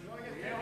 ושלא יהיה טמבל.